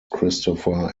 christopher